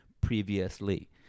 previously